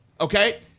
okay